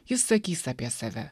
jis sakys apie save